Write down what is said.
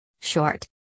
Short